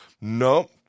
no